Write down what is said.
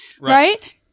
right